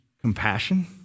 compassion